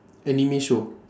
anime show